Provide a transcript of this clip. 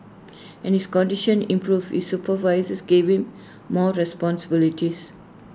and his condition improved his supervisors gave him more responsibilities